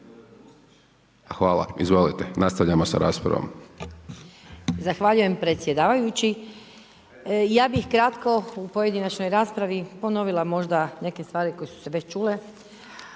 Hvala, izvolite. Nastavljamo sa raspravom.